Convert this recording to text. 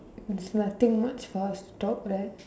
it was nothing much for us to talk leh